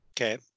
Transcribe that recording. Okay